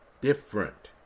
different